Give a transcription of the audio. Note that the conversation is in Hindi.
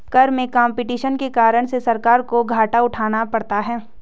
कर में कम्पटीशन के कारण से सरकार को घाटा उठाना पड़ता है